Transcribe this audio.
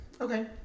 Okay